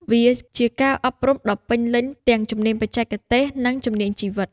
វាជាការអប់រំដ៏ពេញលេញទាំងជំនាញបច្ចេកទេស និងជំនាញជីវិត។